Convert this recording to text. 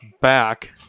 back